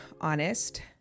honest